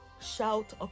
shout